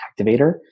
activator